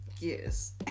Yes